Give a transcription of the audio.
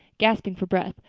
gasping for breath,